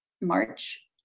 March